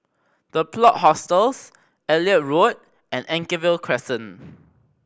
The Plot Hostels Elliot Road and Anchorvale Crescent